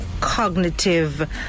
cognitive